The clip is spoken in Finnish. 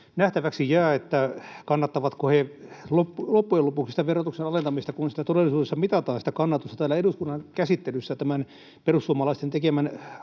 Nähtäväksi jää, kannattavatko he loppujen lopuksi sitä verotuksen alentamista, kun todellisuudessa sitä kannatusta mitataan täällä eduskunnan käsittelyssä tämän perussuomalaisten tekemän